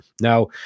Now